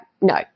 no